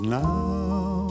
now